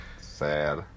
sad